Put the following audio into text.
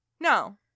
No